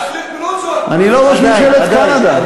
אני לא ראש ממשלת קנדה.